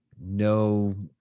No